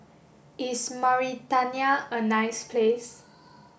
is Mauritania a nice place